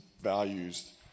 values